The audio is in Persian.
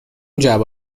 جعبه